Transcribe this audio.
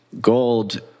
Gold